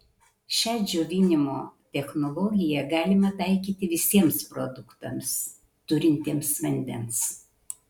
šią džiovinimo technologiją galima taikyti visiems produktams turintiems vandens